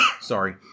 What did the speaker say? Sorry